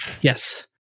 Yes